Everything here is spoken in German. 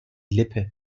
lippe